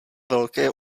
velké